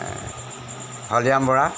Holiram Bora